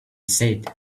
said